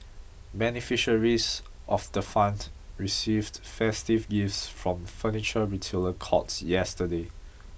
beneficiaries of the fund received festive gifts from furniture retailer courts yesterday